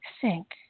sink